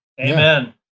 amen